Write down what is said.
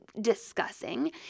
discussing